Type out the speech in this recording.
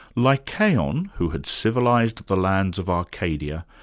lycaon, who had civilised the lands of arcadia,